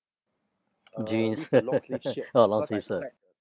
jeans orh long sleeve shirt